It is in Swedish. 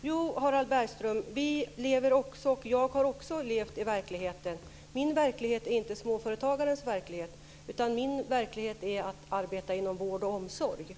Fru talman! Jo, Harald Bergström, vi lever också i verkligheten, och jag har också levt i verkligheten. Min verklighet är inte småföretagarens verklighet, utan min verklighet är att arbeta inom vård och omsorg.